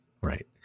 Right